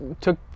took